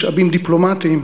משאבים דיפלומטיים.